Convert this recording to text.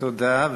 תודה.